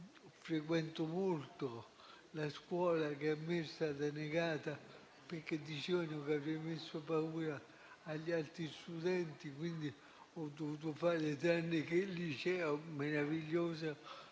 frequento molto la scuola, che a me è stata negata, in quanto dicevano che avrei messo paura agli altri studenti, quindi ho dovuto trascorrere - tranne il liceo meraviglioso